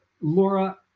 Laura